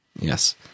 yes